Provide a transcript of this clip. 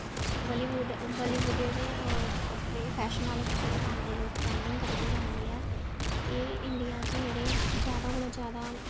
Bollywood Bollywood जेह्ड़े कपड़े fashion आह्ले कपड़े पांदे लोक ट्रैंडिंग पांदे ऐ ते इंंडिया च जेह्ड़े जादा कोला जादा